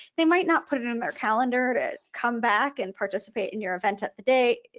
they might not put it it in their calendar to come back and participate in your event at the day,